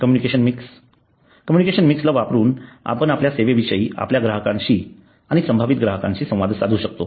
communication mix communication mix वापरून आपण आपल्या सेवांविषयी आपल्या ग्राहकांशी आणि संभावित ग्राहकांशी संवाद साधू शकतो